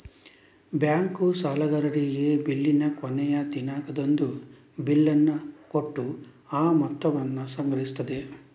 bank ಸಾಲಗಾರರಿಗೆ ಬಿಲ್ಲಿನ ಕೊನೆಯ ದಿನಾಂಕದಂದು ಬಿಲ್ಲನ್ನ ಕೊಟ್ಟು ಆ ಮೊತ್ತವನ್ನ ಸಂಗ್ರಹಿಸ್ತದೆ